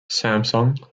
samsung